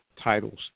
titles